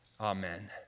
Amen